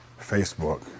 Facebook